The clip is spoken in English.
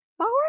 Power